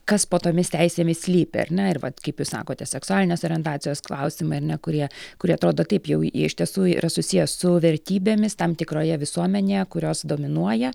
kas po tomis teisėmis slypi ar ne ir vat kaip jūs sakote seksualinės orientacijos klausimai ar ne kurie kurie atrodo taip jau jie iš tiesų yra susiję su vertybėmis tam tikroje visuomenėje kurios dominuoja